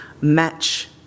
match